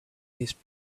his